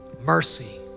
mercy